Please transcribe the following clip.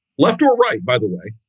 left or right. by the way,